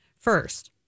first